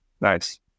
Nice